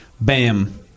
bam